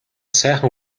сайхан